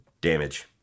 damage